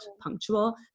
punctual